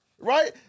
right